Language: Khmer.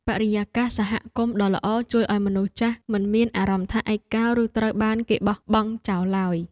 បរិយាកាសសហគមន៍ដ៏ល្អជួយឱ្យមនុស្សចាស់មិនមានអារម្មណ៍ថាឯកោឬត្រូវបានគេបោះបង់ចោលឡើយ។